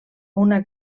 una